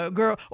girl